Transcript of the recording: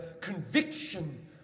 conviction